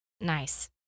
nice